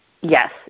Yes